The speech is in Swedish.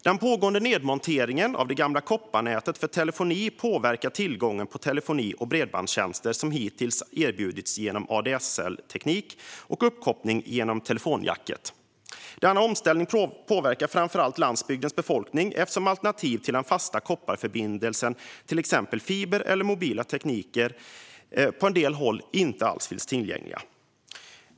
Den pågående nedmonteringen av det gamla kopparnätet för telefoni påverkar tillgången på de telefoni och bredbandstjänster som hittills erbjudits genom ADSL-teknik och uppkoppling genom telefonjacket. Denna omställning påverkar framför allt landsbygdens befolkning eftersom alternativen till den fasta kopparförbindelsen, till exempel fiber eller mobila tekniker, på en del håll inte alls finns tillgängliga.